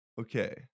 Okay